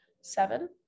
seven